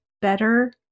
better